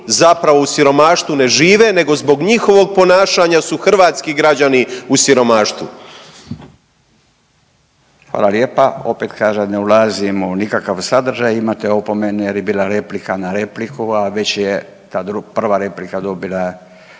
zapravo u siromaštvu ne žive nego zbog njihovog ponašanja su hrvatski građani u siromaštvu. **Radin, Furio (Nezavisni)** Hvala lijepa. Opet kažem ne ulazim u nikakav sadržaj imate opomenu jer je bila replika na repliku, a već je ta prva replika dobila